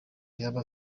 yaba